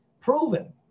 Proven